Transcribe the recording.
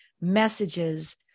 messages